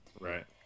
Right